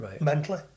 Mentally